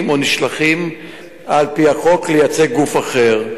או נשלחים על-פי החוק לייצג גוף אחר,